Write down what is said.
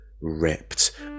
ripped